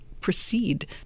proceed